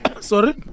sorry